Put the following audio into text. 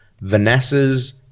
Vanessa's